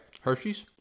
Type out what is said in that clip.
Hershey's